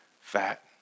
fat